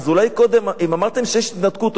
אם אמרתם שיש התנתקות,